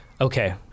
Okay